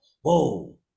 whoa